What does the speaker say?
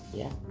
yeah.